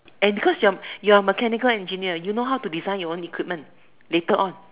and cause you're you're a mechanical engineer you know how to design your own equipment later on